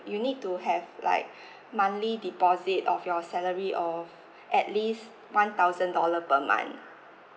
you need to have like monthly deposit of your salary of at least one thousand dollar per month